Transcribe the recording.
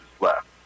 left